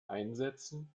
einsetzen